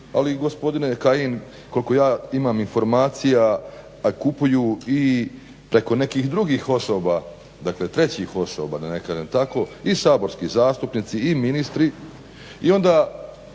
ali gospodine Kajin koliko ja imam informacija kupuju i preko nekih drugih osoba, dakle trećih osoba da ne kažem tako i saborskih zastupnici i ministri